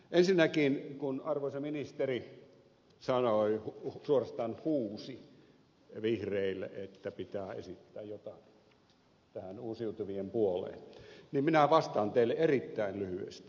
ensinnäkin kun arvoisa ministeri sanoi suorastaan huusi vihreille että pitää esittää jotain tähän uusiutuvien puoleen niin minä vastaan teille erittäin lyhyesti erittäin lyhyesti